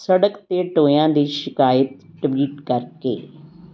ਸੜਕ 'ਤੇ ਟੋਇਆਂ ਦੀ ਸ਼ਿਕਾਇਤ ਟਵੀਟ ਕਰਕੇ